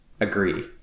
agree